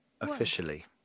officially